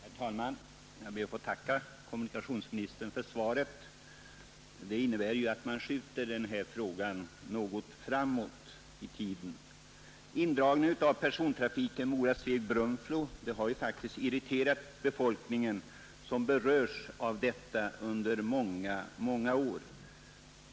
Herr talman! Jag ber att få tacka kommunikationsministern för svaret. Det innebär att man skjuter denna fråga något framåt i tiden. Indragningen av persontrafiken mellan Mora, Sveg och Brunflo har faktiskt irriterat den befolkning som under många år varit beroende av denna trafik.